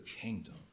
kingdom